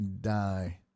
die